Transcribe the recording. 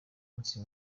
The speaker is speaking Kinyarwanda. minsi